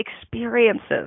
experiences